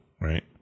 right